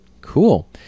cool